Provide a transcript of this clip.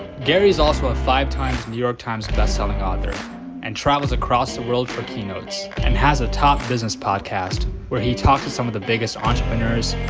gary is also a five times new york times best selling author and travels across the world for keynotes and has a top business podcast where he talks to some of the biggest entrepreneurs,